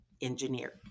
engineer